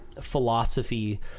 philosophy